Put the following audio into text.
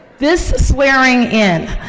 this swearing in,